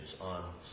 on